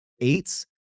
eights